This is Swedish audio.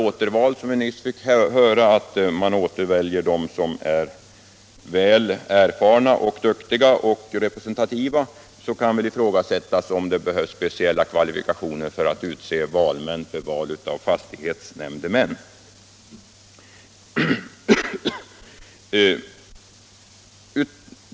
Med hänsyn till att man återväljer dem som är väl erfarna, duktiga och representativa, kan det ifrågasättas om det behövs speciella kvalifikationer för att utse valmän för val av fastighetsnämndemän.